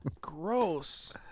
Gross